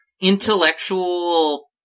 intellectual